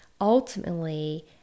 ultimately